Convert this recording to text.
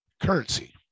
currency